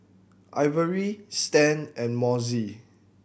Ivory Stan and Mossie